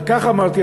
על כך אמרתי,